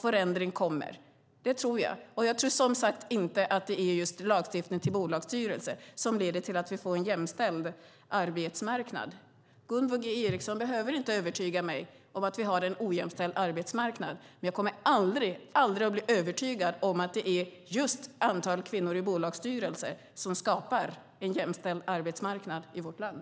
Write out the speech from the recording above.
Förändring kommer. Jag tror inte att det är lagstiftning för bolagsstyrelser som leder till en jämställd arbetsmarknad. Gunvor G Ericson behöver inte övertyga mig om att vi har en ojämställd arbetsmarknad, men jag kommer aldrig att bli övertygad om att det är just antalet kvinnor i bolagsstyrelser som skapar en jämställd arbetsmarknad i vårt land.